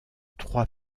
trois